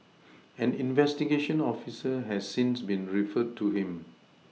an investigation officer has since been referred to him